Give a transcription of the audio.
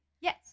yes